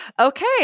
Okay